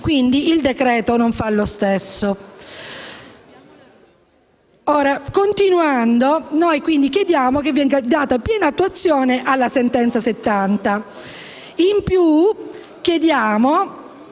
Quindi, il decreto-legge non fa lo stesso.